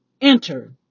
enter